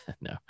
No